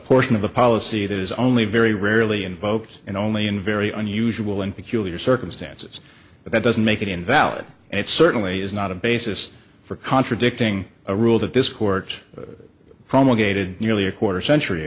portion of a policy that is only very rarely invoked and only in very unusual and peculiar circumstances but that doesn't make it invalid and it certainly is not a basis for contradicting a rule that this court promulgated nearly a quarter century